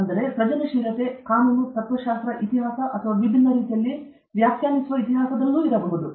ಆದ್ದರಿಂದ ಸೃಜನಶೀಲತೆ ಕಾನೂನು ತತ್ತ್ವಶಾಸ್ತ್ರ ಇತಿಹಾಸ ಅಥವಾ ವಿಭಿನ್ನ ರೀತಿಯಲ್ಲಿ ವ್ಯಾಖ್ಯಾನಿಸುವ ಇತಿಹಾಸದಲ್ಲಿರಬಹುದು